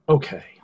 Okay